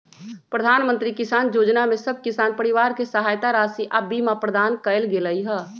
प्रधानमंत्री किसान जोजना में सभ किसान परिवार के सहायता राशि आऽ बीमा प्रदान कएल गेलई ह